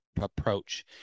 approach